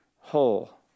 whole